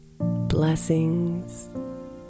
blessings